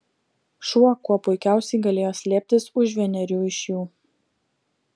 šuo kuo puikiausiai galėjo slėptis už vienerių iš jų